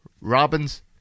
robin's